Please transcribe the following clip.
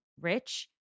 rich